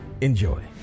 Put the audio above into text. Enjoy